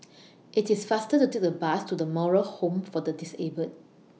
IT IS faster to Take The Bus to The Moral Home For Disabled